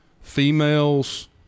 females